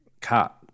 cut